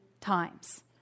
times